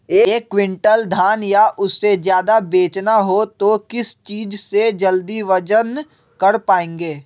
एक क्विंटल धान या उससे ज्यादा बेचना हो तो किस चीज से जल्दी वजन कर पायेंगे?